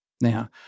Now